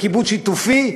בקיבוץ שיתופי,